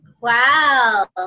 Wow